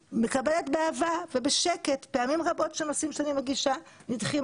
באהבה ובשקט פעמים רבות שנושאים שאני מגישה נדחים,